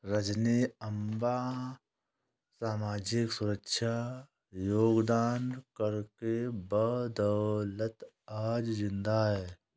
रजनी अम्मा सामाजिक सुरक्षा योगदान कर के बदौलत आज जिंदा है